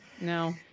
no